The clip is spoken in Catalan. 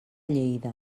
lleida